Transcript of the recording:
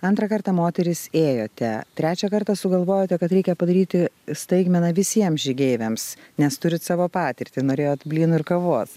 antrą kartą moterys ėjote trečią kartą sugalvojote kad reikia padaryti staigmeną visiems žygeiviams nes turit savo patirtį norėjot blynų ir kavos